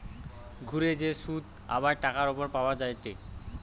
ঘুরে যে শুধ আবার টাকার উপর পাওয়া যায়টে